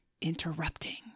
interrupting